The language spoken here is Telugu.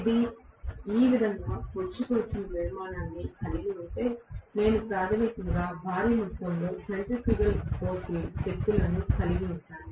ఇది ఈ విధంగా పొడుచుకు వచ్చిన నిర్మాణాన్ని కలిగి ఉంటే నేను ప్రాథమికంగా భారీ మొత్తంలో సెంట్రిఫ్యూగల్ శక్తులను కలిగి ఉంటాను